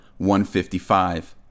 155